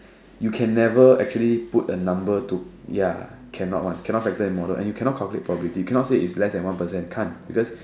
you can never actually put a number to ya cannot one cannot Factor in model and you cannot calculate probability you cannot say it's less than one percent can't because